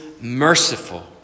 merciful